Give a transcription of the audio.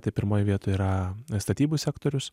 tai pirmoj vietoj yra statybų sektorius